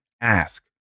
ask